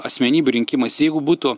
asmenybių rinkimais jeigu būtų